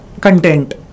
content